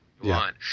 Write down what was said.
one